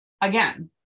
Again